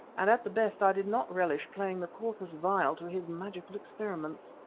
and at the best i did not relish playing the corpus vile to his magical experiments.